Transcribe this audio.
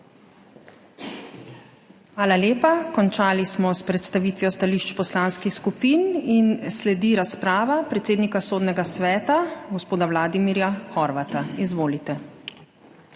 Hvala lepa. Končali smo s predstavitvijo stališč poslanskih Skupin. Sledi razprava predsednika Sodnega sveta gospoda Vladimirja Horvata. Izvolite.